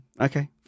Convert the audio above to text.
Okay